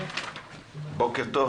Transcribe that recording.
בוקר טוב